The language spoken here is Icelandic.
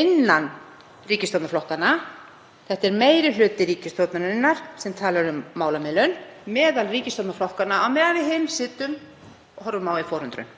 innan ríkisstjórnarflokkanna. Það er meiri hluti ríkisstjórnarinnar sem talar um málamiðlun meðal ríkisstjórnarflokkanna á meðan við hin sitjum og horfum á í forundran.